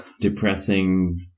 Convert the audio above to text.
depressing